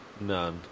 none